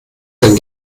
denn